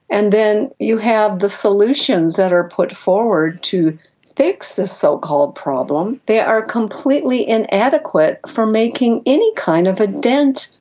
and then you have the solutions that are put forward to fix this so-called problem, they are completely inadequate for making any kind of a dent.